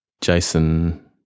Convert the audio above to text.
Jason